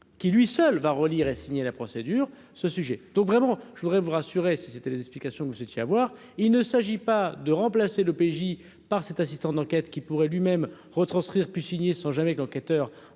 qui lui seul va relire et signer la procédure ce sujet donc vraiment, je voudrais vous rassurer, si c'était les explications que vous étiez à voir, il ne s'agit pas de remplacer le PJ par cet assistant d'enquête qui pourrait lui-même retranscrire puis signer sans jamais qu'enquêteur.